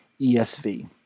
ESV